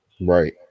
Right